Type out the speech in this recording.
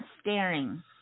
staring